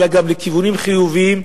אלא גם לכיוונים חיוביים,